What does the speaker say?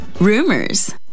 rumors